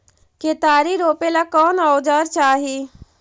केतारी रोपेला कौन औजर चाही?